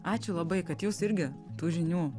ačiū labai kad jūs irgi tų žinių